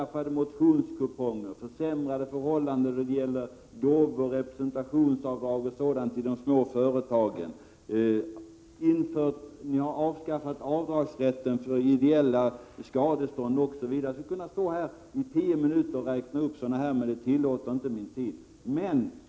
Ni har beskattat motionskuponger, försämrat förhållandena när det gäller gåvor, representationsavdrag och sådant i de små företagen, avskaffat avdragsrätten för ideella skadestånd osv. Jag skulle kunna fortsätta denna uppräkning under tio minuter, men det tillåter inte min taletid.